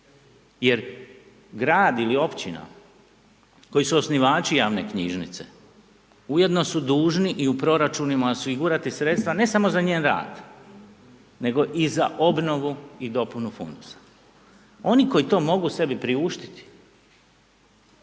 jer gradi ili općina koji su osnivači javne knjižnice ujedno su dužni i u proračunima osigurati sredstva ne samo za njen rad nego i za obnovu i dopunu fundusa. Oni koji to mogu sebi priuštiti